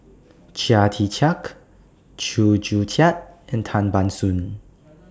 Chia Tee Chiak Chew Joo Chiat and Tan Ban Soon